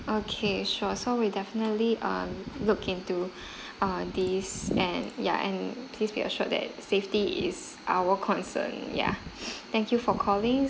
okay sure so we'll definitely uh look into uh this and ya and please be assured that safety is our concern ya thank you for calling